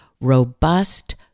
robust